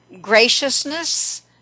graciousness